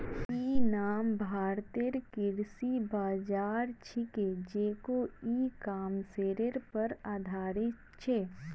इ नाम भारतेर कृषि बाज़ार छिके जेको इ कॉमर्सेर पर आधारित छ